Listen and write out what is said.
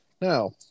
Now